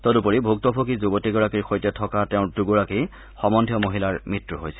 তদুপৰি ভুক্তভোগী যুৱতীগৰাকীৰ সৈতে থকা তেওঁৰ দুগৰাকী সমন্বীয় মহিলাৰ মৃত্যু হৈছিল